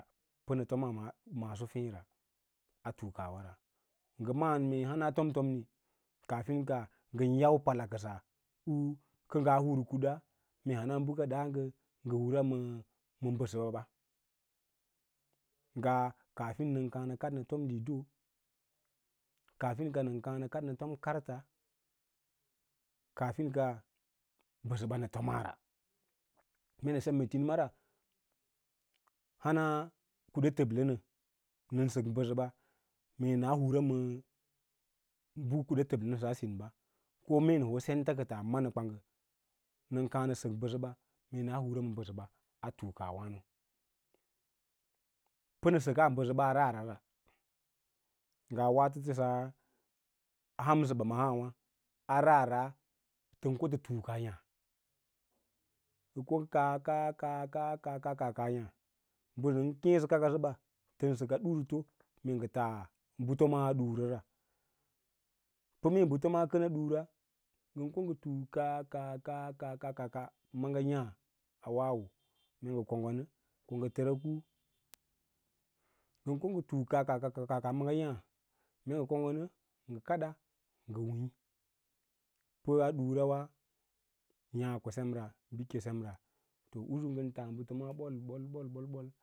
Penə tomaa maaso feẽ ra a tunle wara, ngə ma’ān mee hana tom tom ni kaa finka ngən yau pala kəsa u kə ngaa hur kuda mee hana bəka ɗa’a ngə hura ma mbəsəɓa ngaa kaaf`in nən kaã nə kaɗ nə fom lido, kaafin ka nən kaã nə kaɗ nə fom karta, kaafink mbəsəɓa nə tomaara, mee nə bem ma tini ma ra hana kuda təblə nən sək mbəsəba maa na hura məə bə kuɗa təblənəsə asin ɓa, ko mee nə hoo senta kəta ma nə kwanggə nən kaã nə sək mbəsə mee na hura ma nbəsəba a tuukawa nosul pə nə səkaa mbəsəba a rasra ra ngaa waafotəsas hanisəɓa maawǎ a raara tən ko tə tuuks yaã ngə ko kaa kaa kaa ka kaa ka kaa ka kaa ka yaã mbə sən keẽ sə kaka səba tən səkas ɗuvuuto mee ngə taa bə tomaa a ɗura ra. Pə mee bə tomaa kən a ɗura ngə ko ngə tuuka kaa ka kaa ka kaa ka kaa la maaga yâ a wawo mee ngə konggo nə ko ngə təras kwu, ngən ko ngə tuuks kaaka, kaaka, kaaka kaaka maaga yââ mee ngə konggo nə ngə kada ngə wiĩ pə a ɗunrawa yaã ko senra bəkeke semra to usu ngəm ta mbə tomaa ɓol, ɓol ɓol-ɓol-ɓol.